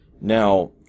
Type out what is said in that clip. Now